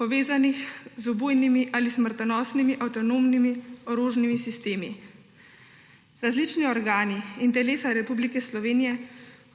povezanih z ubojnimi ali smrtonosnimi avtonomnimi orožnimi sistemi. Različni organi in telesa Republike Slovenije